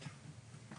ובנייה.